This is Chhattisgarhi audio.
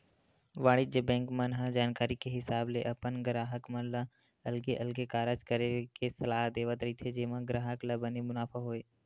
वाणिज्य बेंक मन ह जानकारी के हिसाब ले अपन गराहक मन ल अलगे अलगे कारज करे के सलाह देवत रहिथे जेमा ग्राहक ल बने मुनाफा होय